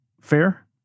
Fair